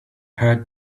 heard